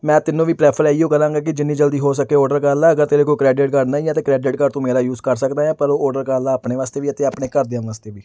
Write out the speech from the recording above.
ਮੈਂ ਤੈਨੂੰ ਵੀ ਪ੍ਰੈਫਰ ਇਹੀਓ ਕਰਾਂਗਾ ਕਿ ਜਿੰਨੀ ਜਲਦੀ ਹੋ ਸਕੇ ਔਡਰ ਕਰ ਲਾ ਅਗਰ ਤੇਰੇ ਕੋਲ ਕ੍ਰੈਡਿਟ ਕਾਰਡ ਨਹੀਂ ਹੈ ਤਾਂ ਕ੍ਰੈਡਿਟ ਕਾਰਡ ਤੂੰ ਮੇਰਾ ਯੂਜ਼ ਕਰ ਸਕਦਾ ਆ ਪਰ ਔਡਰ ਕਰ ਲਾ ਆਪਣੇ ਵਾਸਤੇ ਵੀ ਅਤੇ ਆਪਣੇ ਘਰਦਿਆਂ ਵਾਸਤੇ ਵੀ